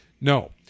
no